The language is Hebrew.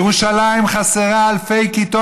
ירושלים חסרה אלפי כיתות.